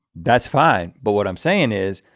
that's fine. but what i'm saying is,